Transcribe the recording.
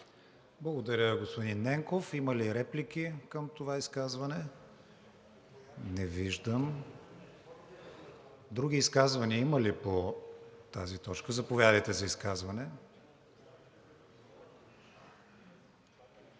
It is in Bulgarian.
Благодаря, господин Ненков. Има ли реплики към това изказване? Не виждам. Други изказвания има ли по тази точка? Заповядайте за изказване.